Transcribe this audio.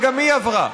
וגם היא עברה,